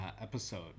episode